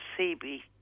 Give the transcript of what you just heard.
CB